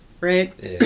Right